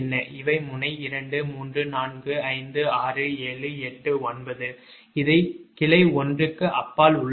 இவை முனை 23456789 இது கிளை 1 க்கு அப்பால் உள்ள முனை